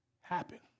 happen